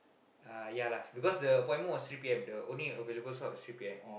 ah ya lah because the appointment was three P_M the only available slot was three P_M